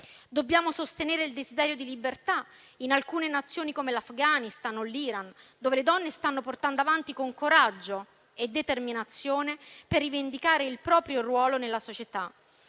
Dobbiamo sostenere il desiderio di libertà in alcune Nazioni come l'Afghanistan e l'Iran, dove le donne stanno portando avanti una battaglia, con coraggio e determinazione, per rivendicare il proprio ruolo nella società.